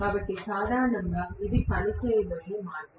కాబట్టి సాధారణంగా ఇది పని చేయబోయే మార్గం